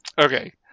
Okay